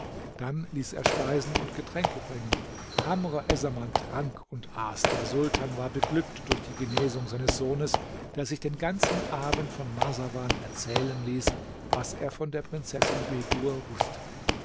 dann ließ er speisen und getränke bringen kamr essaman trank und aß der sultan war beglückt durch die genesung seines sohnes der sich den ganzen abend von marsawan erzählen ließ was er von der prinzessin bedur wußte